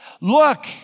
Look